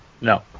No